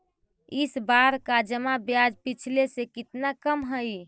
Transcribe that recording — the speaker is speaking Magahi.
इस बार का जमा ब्याज पिछले से कितना कम हइ